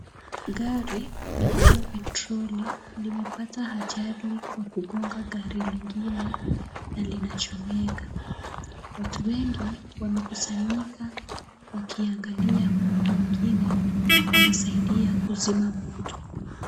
Gari la kubeba petroli limepata ajali kwa kugonga gari lingine na linachomeka. Watu wengi wamekusanyika wakiangalia huku wengine wanasaidia kuzima moto.